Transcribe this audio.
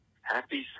Happy